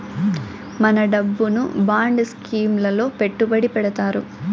మన డబ్బును bond scheme లలో పెట్టుబడి పెడతారు